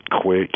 Quick